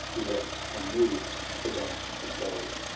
he left, unmoved, the dome of gold.